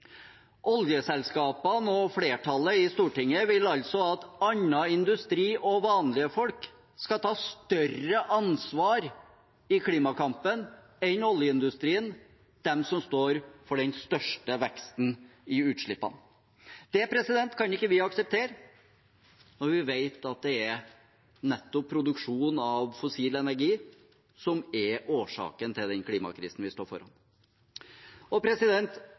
Oljeselskapene og flertallet i Stortinget vil altså at annen industri og vanlige folk skal ta større ansvar i klimakampen enn oljeindustrien – som står for den største veksten i utslipp. Det kan ikke vi akseptere når vi vet at det er nettopp produksjonen av fossil energi som er årsaken til den klimakrisen vi står foran. Den 26. november 2019 uttalte daværende stortingsrepresentant og